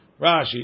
Rashi